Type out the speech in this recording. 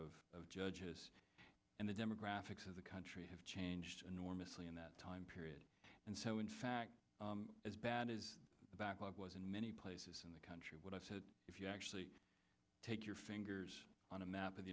number of judges and the demographics of the country have changed enormously in that time period and so in fact as bad as the backlog was in many places in the country what i've said if you actually take your fingers on a map of the